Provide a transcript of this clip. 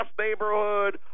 neighborhood